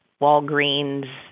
Walgreens